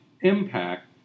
impact